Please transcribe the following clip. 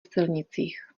silnicích